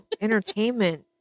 Entertainment